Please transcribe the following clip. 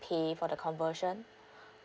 pay for the conversion